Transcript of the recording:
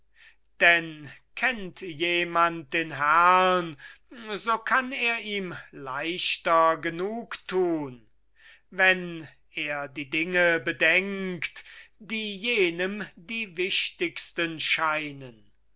denn kennt jemand den herrn so kann er ihm leichter genug tun wenn er die dinge bedenkt die jenem die wichtigsten scheinen